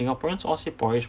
singaporeans all say porridge